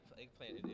eggplant